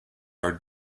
are